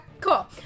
cool